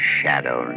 shadow